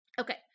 Okay